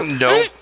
no